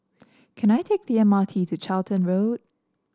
can I take the M R T to Charlton Road